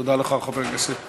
תודה לך, חבר הכנסת